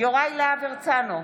יוראי להב הרצנו,